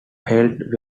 held